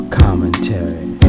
commentary